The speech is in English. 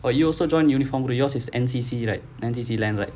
but you also joined uniformed group yours is N_C_C right N_C_C land right